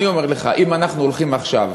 אני אומר לך, אם אנחנו הולכים עכשיו